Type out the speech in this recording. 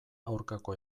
aurkako